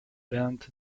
band